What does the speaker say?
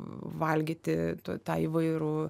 valgyti tą įvairų